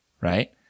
right